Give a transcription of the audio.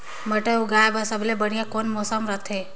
मटर उगाय बर सबले बढ़िया कौन मौसम रथे?